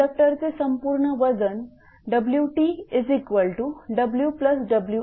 कंडक्टरचे संपूर्ण वजनWTWWi1